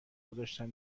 گذاشتن